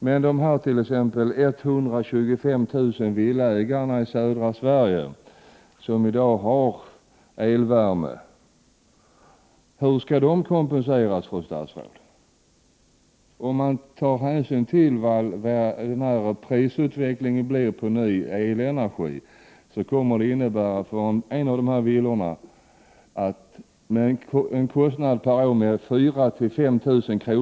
Men de 125 000 villaägarna i södra Sverige som i dag har elvärme, hur skall de kompenseras, fru statsråd? Om man tar hänsyn till prisutvecklingen för ny elenergi kommer det att innebära en merkostnad på 4 000-5 000 kr.